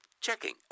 checking